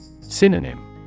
Synonym